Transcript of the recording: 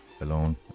alone